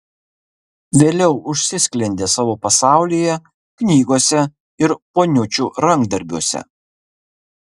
vėliau užsisklendė savo pasaulyje knygose ir poniučių rankdarbiuose